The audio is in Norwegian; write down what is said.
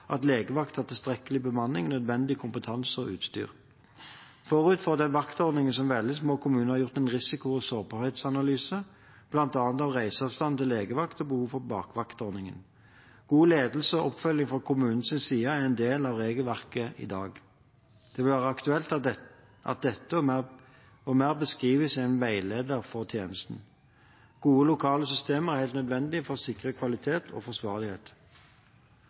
til legevakt og behov for bakvaktordninger. God ledelse og oppfølging fra kommunens side er en del av regelverket i dag. Det vil være aktuelt at dette og mer beskrives i en veileder for tjenesten. Gode lokale systemer er helt nødvendig for å sikre kvalitet og forsvarlighet.